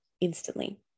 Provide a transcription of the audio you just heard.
instantly